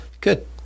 Good